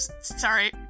sorry